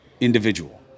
individual